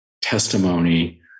testimony